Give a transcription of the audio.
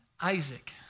Isaac